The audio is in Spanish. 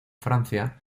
francia